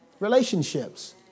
Relationships